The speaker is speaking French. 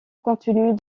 continue